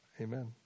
amen